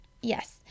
Yes